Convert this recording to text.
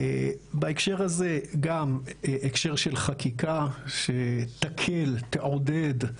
בהקשר הזה גם הקשר של חקיקה שתקל, תעודד,